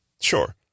Sure